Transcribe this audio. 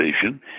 Station